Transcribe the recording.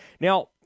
Now